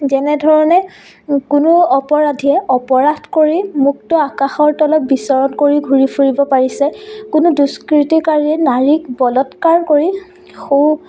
যেনেধৰণে কোনো অপৰাধীয়ে অপৰাধ কৰি মুক্ত আকাশৰ তলত বিচৰণ কৰি ঘূৰি ফুৰিব পাৰিছে কোনো দুস্কৃতিকাৰীয়ে নাৰীক বলৎকাৰ কৰি সু